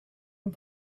and